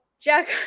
Jack